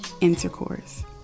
intercourse